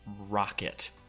rocket